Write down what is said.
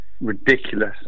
ridiculous